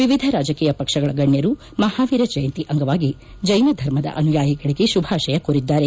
ವಿವಿಧ ರಾಜಕೀಯ ಪಕ್ಷಗಳ ಗಣ್ಣರು ಮಹಾವೀರ ಜಯಂತಿ ಅಂಗವಾಗಿ ಜೈನ ಧರ್ಮದ ಅನುಯಾಯಿಗಳಿಗೆ ಶುಭಾಶಯ ಕೋರಿದ್ದಾರೆ